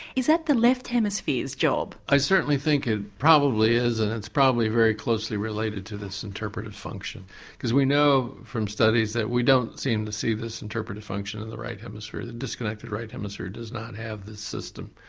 is that the left hemisphere's job? i certainly think it probably is, and it's probably very closely related to this interpretive function, because we know from studies that we don't seem to see this interpretive function in the right hemisphere. the disconnected right hemisphere does not have this system.